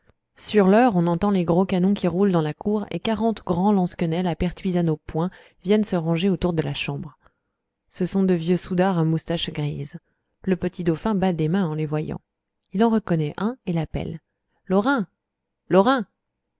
sur l'heure on entend les gros canons qui roulent dans la cour et quarante grands lansquenets la pertuisane au poing viennent se ranger autour de la chambre ce sont de vieux soudards à moustaches grises le petit dauphin bat des mains en les voyant il en reconnaît un et l'appelle lorrain